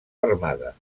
armada